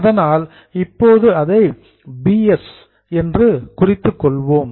அதனால் இப்போது அதை பிஎஸ் என்று குறித்துக் கொள்வோம்